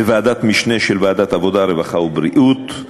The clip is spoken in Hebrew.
בוועדת משנה של ועדת העבודה, הרווחה והבריאות.